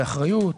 באחריות,